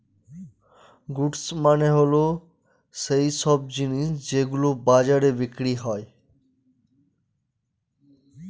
goods মানে হল সৈইসব জিনিস যেগুলো বাজারে বিক্রি হয়